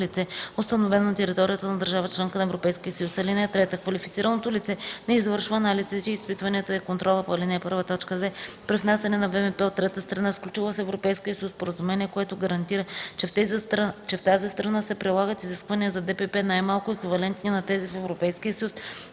лице, установено на територията на държава членка на Европейския съюз. (3) Квалифицираното лице не извършва анализите, изпитванията и контрола по ал. 1, т. 2 при внасяне на ВМП от трета страна, сключила с Европейския съюз споразумение, което гарантира, че в тази страна се прилагат изисквания за ДПП, най- малко еквивалентни на тези в Европейския